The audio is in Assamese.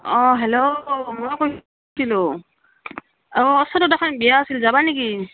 অঁ হেল্ল' মই কৈছিলোঁ অঁ ওচৰত এখন ড্ৰামা আছিল যাবা নেকি